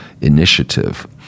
initiative